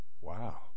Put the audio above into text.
Wow